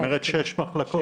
היא אומרת שש מחלקות.